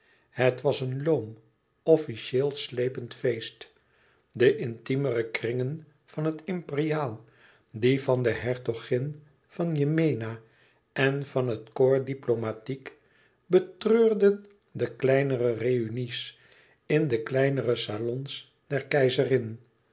het was een loom officieel slepend feest de intimere kringen van het imperiaal die van de hertogin van yemena en van het corps diplomatique betreurden de kleinere réunies in de kleinere salons der keizerin